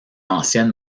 ancienne